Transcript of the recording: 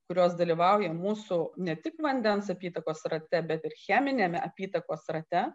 kurios dalyvauja mūsų ne tik vandens apytakos rate bet ir cheminiame apytakos rate